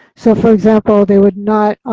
so for example, they would not,